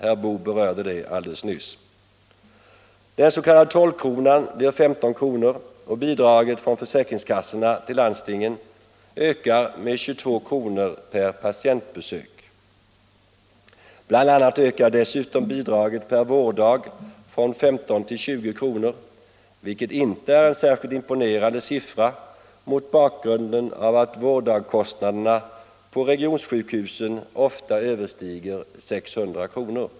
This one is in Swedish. Herr Boo berörde detta alldeles nyss. Den s.k. 12-kronan blir 15 kr. och bidraget från försäkringskassorna till landstingen ökar med 22 kr. per patientbesök. Dessutom ökar bl.a. bidraget per vårddag från 15 till 20 kr., vilket inte är någon särskilt imponerande siffra mot bakgrunden av att vårddagkostnaderna på regionsjukhusen ofta överstiger 600 kr.